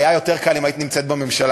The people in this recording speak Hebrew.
היה יותר קל אם היית נמצאת בממשלה,